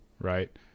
right